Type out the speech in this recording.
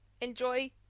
Enjoy